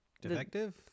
Defective